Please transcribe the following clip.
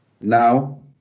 Now